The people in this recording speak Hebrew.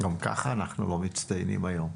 גם ככה אנחנו לא מצטיינים היום,